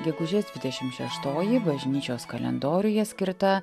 gegužės dvidešim šeštoji bažnyčios kalendoriuje skirta